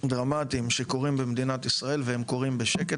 דרמטיים שקורים במדינת ישראל והם קורים בשקט,